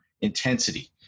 intensity